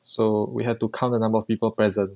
so we have to count the number of people present